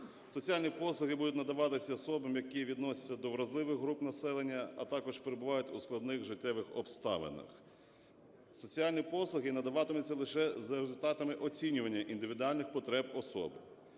Соціальні послуги будуть надаватися особам, які відносяться до вразливих груп населення, а також перебувають у складних життєвих обставинах. Соціальні послуги надаватимуться лише за результатами оцінювання індивідуальних потреб особи.